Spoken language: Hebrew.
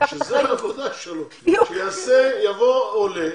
יבוא עולה,